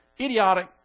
idiotic